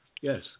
Yes